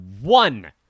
one